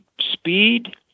speed